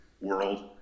world